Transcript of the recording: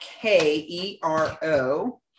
k-e-r-o